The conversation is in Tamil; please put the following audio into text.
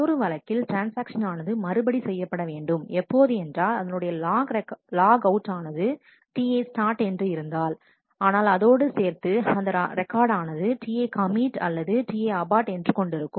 மற்றொரு வழக்கில் ட்ரான்ஸ்ஆக்ஷன் ஆனது மறுபடி செய்யப்பட வேண்டும் எப்போது என்றால் அதனுடைய லாக் அவுட் ஆனது Tistart என்று இருந்தாள் ஆனால் அதோடு சேர்த்து அந்த ரெக்கார்ட் ஆனது Ti commit அல்லது TiAbort என்று கொண்டு இருக்கும்